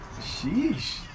sheesh